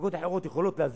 מפלגות אחרות יכולות להזיק.